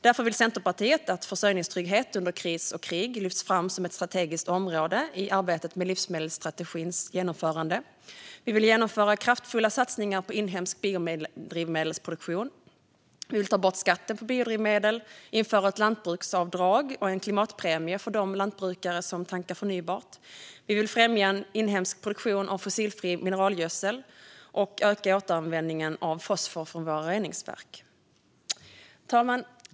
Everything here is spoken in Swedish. Därför vill vi i Centerpartiet att försörjningstrygghet under kris och krig lyfts fram som ett strategiskt område i arbetet med livsmedelsstrategins genomförande. Vi vill genomföra kraftfulla satsningar på inhemsk biodrivmedelsproduktion. Vi vill ta bort skatten på biodrivmedel och införa ett lantbruksavdrag och en klimatpremie för de lantbrukare som tankar förnybart. Vi vill även främja en inhemsk produktion av fossilfri mineralgödsel och öka återanvändningen av fosfor från Sveriges reningsverk. Fru talman!